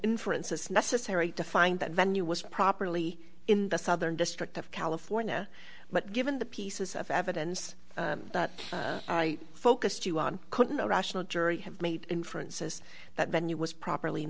inferences necessary to find that venue was properly in the southern district of california but given the pieces of evidence that i focused you on couldn't a rational jury have made inferences that venue was properly